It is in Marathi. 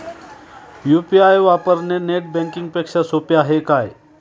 यु.पी.आय वापरणे नेट बँकिंग पेक्षा सोपे आहे का?